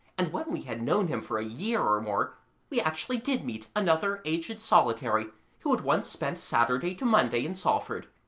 and when we had known him for a year or more we actually did meet another aged solitary who had once spent saturday to monday in salford.